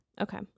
Okay